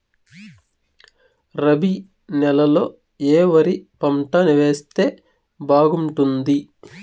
రబి నెలలో ఏ వరి పంట వేస్తే బాగుంటుంది